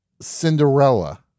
Cinderella